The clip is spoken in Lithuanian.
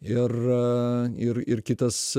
ir ir ir kitas